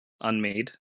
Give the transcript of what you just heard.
Unmade